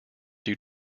due